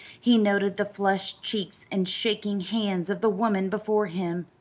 he noted the flushed cheeks and shaking hands of the woman before him.